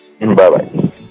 Bye-bye